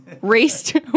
raced